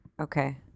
Okay